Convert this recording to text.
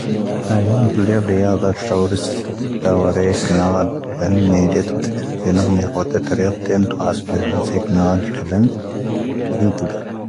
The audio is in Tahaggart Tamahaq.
ʻʻⴰⵢⴰⵎ ⵏpⵍⵊⴰⴱⵍⵉⵢⴰⴷⴰ ʻʻⴰⵓⵔⵙ ʻⴰⵡⴰⵔⴻⵉ ʻⴽⵏⴰⴰⴷ ʻvⴻⵏ ⵎⴻⵢⴷⴻ ⵜʻⵓ ⵜⴻ ⵜⴻ. ʻⵣⴻ ⵏⴰⵎ ⵎⴻⵀoⵜⴻ ⵜⴻⵔⴻ ⵜʻⴻⵏ ʻⴰⵙpⴻⵀ ⵣⴻⴻ ʻⴽⵏⴰⴰⴷ ʻʻⴻvⴻⵏ ʻⴰⵏⵉⵏ ⵜʻⵓ ⵜⴻ.